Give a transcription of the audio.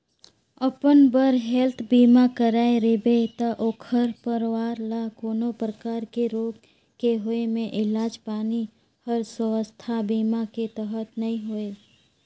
अपन बर हेल्थ बीमा कराए रिबे त ओखर परवार ल कोनो परकार के रोग के होए मे इलाज पानी हर सुवास्थ बीमा के तहत नइ होए